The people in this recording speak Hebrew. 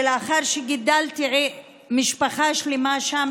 לאחר שגידלתי משפחה שלמה שם,